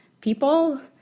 People